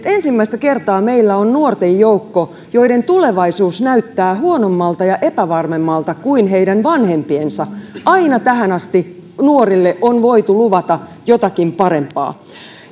ensimmäistä kertaa meillä on nuorten joukko joiden tulevaisuus näyttää huonommalta ja epävarmemmalta kuin heidän vanhempiensa aina tähän asti nuorille on voitu luvata jotakin parempaa